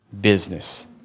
business